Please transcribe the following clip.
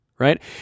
right